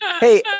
Hey